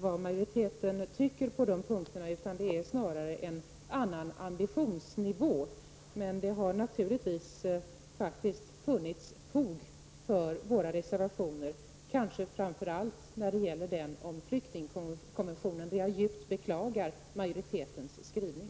vad majoriteten tycker på de punkterna, utan det är snarare en annan ambitionsnivå. Men det har naturligtvis funnits fog för våra reservationer, kanske framför allt när det gäller den om flyktingkonventionen där jag djupt beklagar majoritetens skrivning.